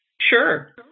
Sure